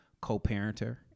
co-parenter